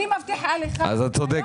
אני מבטיחה לך מהיום הלאה -- את צודקת.